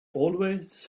always